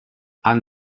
han